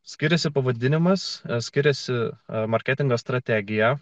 skiriasi pavadinimas skiriasi marketingo strategija